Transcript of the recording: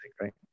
right